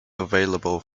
available